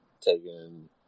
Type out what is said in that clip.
taking